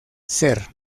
ser